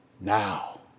Now